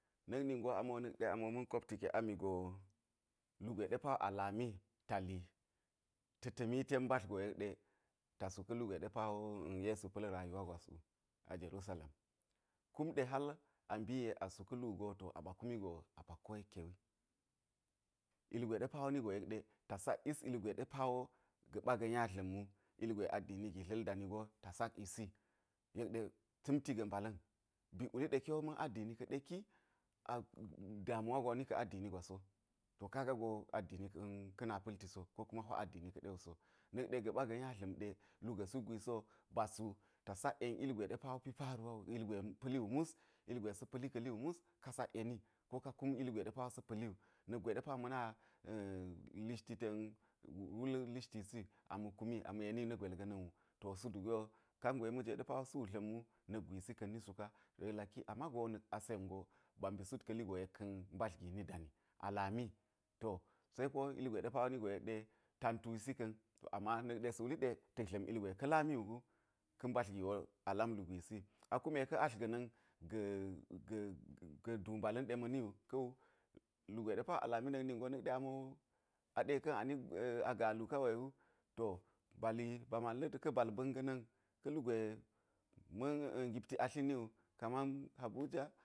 Na̱k ningo na̱k ɗe ami ma̱n kopti ka̱ɗe ami go lugwe ɗe pa a lami ta li ta̱ ta̱mi ten mbadl go yek ɗe ta su ka̱ lgwe ɗe yesu pa̱l rayuwa gwas wu, a jerusalem kum ɗe hal a mbi yek a su ka̱ lu go to a kumi go a pak koyekke wi, ilgwe ɗe pa wo ni go yek ɗe ta sak yis ilgwe ɗe pa wo ga̱ɓa ga̱ nya dlaɲ wu, ilgwe addini gi dla̱l dani go ta sak yisi yek ɗe ta̱mti ga̱ mbala̱n bik wuli ɗe ki wo ma̱n addini ka̱ɗe kia damwa gwa wo ni ka̱ addini gwa so, to kaga go addini ka̱n ka̱ na pa̱lti so, ko kuma hwa addini ka̱de so na̱k ɗe ga̱ɓa ga̱ nya dlaɲ ɗe lu ga̱ sukgwisi wo ba su ta sak yen ilgwe ɗe pa wo pi paruwa wu ilgwe pa̱li wu mus ilgwe sa̱ pa̱li ka̱ li wu mus ka sak yeni ko ka kum ilgwe ɗe pa wo sa̱ pa̱li wu, na̱gwe ɗe pa wo ma̱ na lishti ten wul lishtisi a ma̱ kumi a ma̱ yeni na̱ gwel ga̱na̱n wu, to su duk gwi wo kangwe ɗe pa̱ wo ma̱jwe sa̱ dla̱m wu, na̱kgwisi ka̱n ni suka, yek laki na̱k asen go ba mbi sut ka̱ li go yek ka̱n mbadl gi ni dani a lami, to seko ilgwe ɗe pa wo ni go yek ɗe tantuisi ka̱n ama na̱k ɗe sa̱ wuli ɗe ta̱ dla̱m ilgwe ka̱ lami wu gu ka̱ mbadl gi wo a la̱m lu gwisi ama kume ka̱ atl ga̱na̱n ga̱ ga̱ ga̱ duu mbala̱n ɗe ma̱ ni wu ka̱ wu, lugwe ɗe pa a lami na̱k ami wo aɗe ka̱n a ni a galu ka we wu, ba li ba man la̱t ka̱ bal ba̱n ga̱na̱n ka̱ lugwe ma̱n gipti atli ni wu kaman habuja.